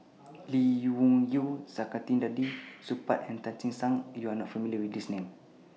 Lee Wung Yew Saktiandi Supaat and Tan Che Sang YOU Are not familiar with These Names